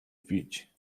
pić